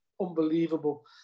unbelievable